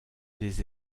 des